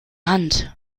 hand